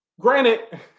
Granted